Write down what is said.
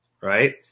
right